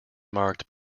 marked